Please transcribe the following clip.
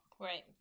Right